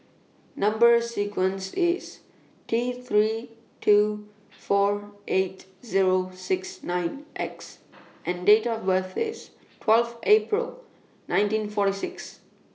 Number sequence IS T three two four eight Zero six nine X and Date of birth IS twelve April nineteen forty six